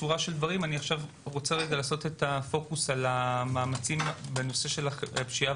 רוצה לעשות פוקוס על המאמצים נגד הפשיעה